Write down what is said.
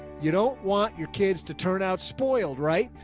you don't want your kids to turn out spoiled. right?